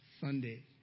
Sunday